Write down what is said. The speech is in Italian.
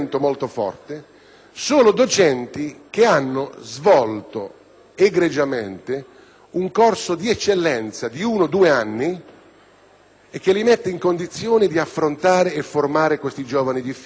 solo docenti che hanno svolto egregiamente un corso di eccellenza di uno o due anni e quindi sono nelle condizioni di affrontare e formare i giovani difficili.